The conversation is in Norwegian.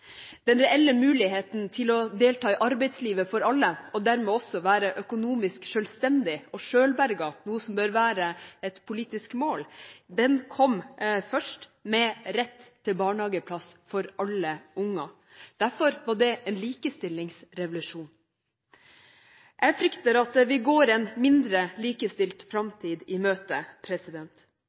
Den reelle muligheten til å delta i arbeidslivet for alle – og dermed også å være økonomisk selvstendig og selvberget, noe som bør være et politisk mål – kom først med retten til barnehageplass for alle unger. Derfor var det en likestillingsrevolusjon. Jeg frykter at vi går en framtid i møte